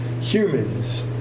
humans